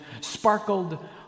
sparkled